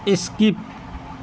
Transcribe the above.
skip